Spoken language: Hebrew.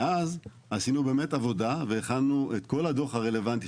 מאז עשינו באמת עבודה והכנו את כל הדוח הרלוונטי,